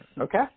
Okay